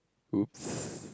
oops